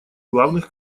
главных